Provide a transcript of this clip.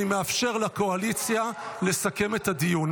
אני מאפשר לקואליציה לסכם את הדיון.